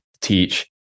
teach